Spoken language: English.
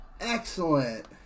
excellent